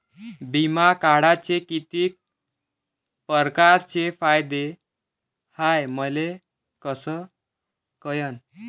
बिमा काढाचे कितीक परकारचे फायदे हाय मले कस कळन?